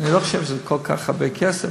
אני לא חושב שזה כל כך הרבה כסף,